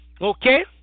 Okay